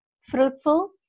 fruitful